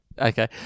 Okay